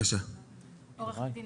עורכת הדין